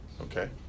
okay